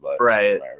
Right